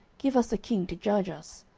give us a king to judge us.